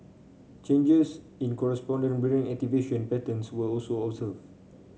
changes in corresponding brain activation patterns were also observed